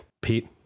Pete